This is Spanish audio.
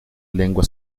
lengua